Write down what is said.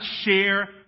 share